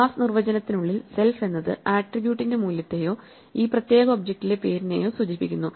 class നിർവചനത്തിനുള്ളിൽ self എന്നത് ആട്രിബ്യൂട്ടിന്റെ മൂല്യത്തെയോ ഈ പ്രത്യേക ഒബ്ജക്റ്റിലെ പേരിനെയോ സൂചിപ്പിക്കുന്നു